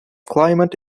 climate